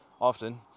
often